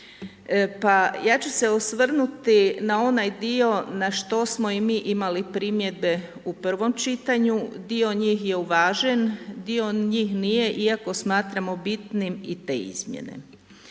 Pa ja ću se osvrnuti na onaj dio na što smo i mi imali primjedbe u prvom čitanju, dio njih je uvažen, dio njih nije iako smatramo bitnim i te izmjene.